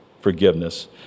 forgiveness